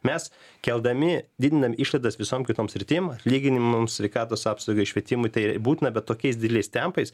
mes keldami didiname išlaidas visoms kitoms sritims atlyginimams sveikatos apsaugai švietimui tai būtina bet tokiais dideliais tempais